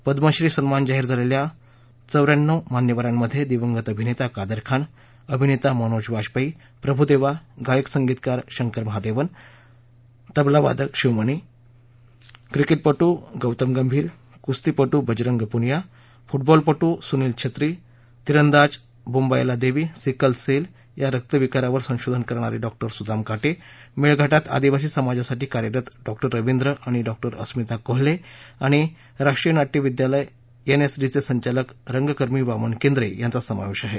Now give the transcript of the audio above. पद्मश्री सन्मान जाहीर झालेल्या चौऱ्याण्णव मान्यवरांमध्ये दिवंगत अभिनेता कादर खान अभिनेता मनोज वाजपेयी प्रभुदेवा गायक संगीतकार शंकर महादेवन तालवादक शिवमणी क्रिकेटपटू गौतम गंभीर कुस्तीपटू बजरंग पुनिया फुटबॉलपटू सुनील छेत्री तीरंदाज बोंबायला देवी सिकल सेल या रक्तविकारावर संशोधन करणारे डॉ सुदाम काटे मेळघाटात आदिवासी समाजासाठी कार्यरत डॉ रवींद्र आणि डॉ स्मिता कोल्हे आणि राष्ट्रीय नाट्य विद्यालय एनएसडीचे संचालक रंगकर्मी वामन केंद्रे यांचा समावेश आहे